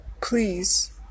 Please